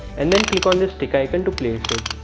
and then click on this tick icon to place it